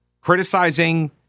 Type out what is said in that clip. criticizing